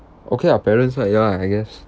okay ah parents ah ya I guess